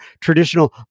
traditional